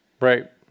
right